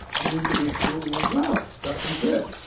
the individual was out, that was it.